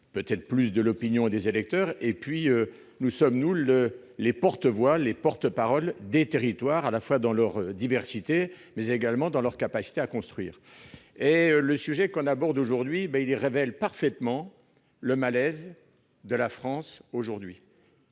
pression de l'opinion des électeurs, tandis que nous, sénateurs, sommes les porte-voix, les porte-parole des territoires, à la fois dans leur diversité, mais également dans leur capacité à construire. Le sujet que nous abordons cet après-midi révèle parfaitement le malaise de la France aujourd'hui.